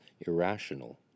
irrational